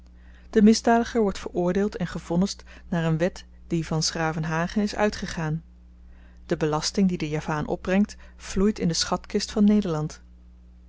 de misdadiger wordt veroordeeld en gevonnisd naar een wet die van s gravenhage is uitgegaan de belasting die de javaan opbrengt vloeit in de schatkist van nederland